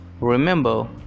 remember